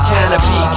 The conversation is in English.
Canopy